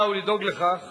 ממשלה הוא לדאוג לכך